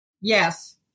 Yes